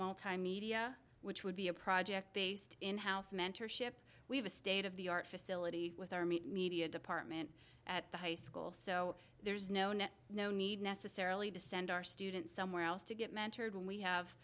multimedia which would be a project based in house mentorship we have a state of the art facility with our meat media department at the high school so there's no net no need necessarily to send our students somewhere else to get mentored when we have